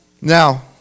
Now